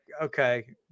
okay